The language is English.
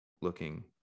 looking